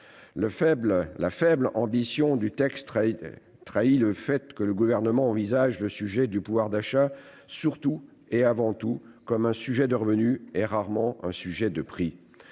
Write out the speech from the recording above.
La faible ambition du texte trahit le fait que le Gouvernement envisage le sujet du pouvoir d'achat surtout et avant tout comme un sujet de revenus, et rarement comme un sujet de prix.